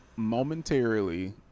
Momentarily